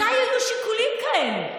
מתי היו שיקולים כאלה?